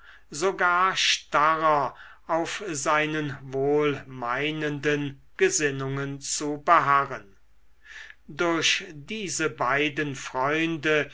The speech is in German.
sogar starrer auf seinen wohlmeinenden gesinnungen zu beharren durch diese beiden freunde